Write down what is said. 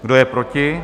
Kdo je proti?